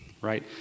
right